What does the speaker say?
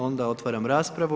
Onda otvaram raspravu.